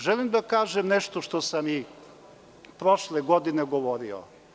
Želim da kažem nešto što sam prošle godine govorio.